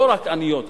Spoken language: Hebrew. לא רק עניות,